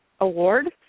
award